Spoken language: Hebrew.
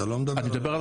אתה לא מדבר על